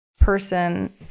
person